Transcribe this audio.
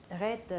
red